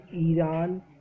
Iran